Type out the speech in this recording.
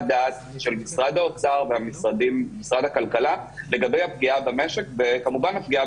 דעת של משרד האוצר ומשרד הכלכלה לגבי הפגיעה במשק וכמובן הפגיעה